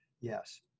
Yes